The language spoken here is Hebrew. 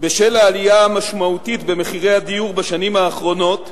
בשל העלייה המשמעותית במחירי הדיור בשנים האחרונות,